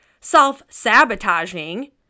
self-sabotaging